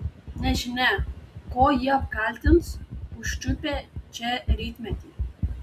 nežinia kuo jį apkaltins užčiupę čia rytmetį